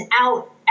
out